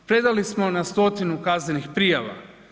Predali smo na stotinu kaznenih prijava.